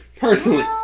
Personally